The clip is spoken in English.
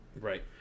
Right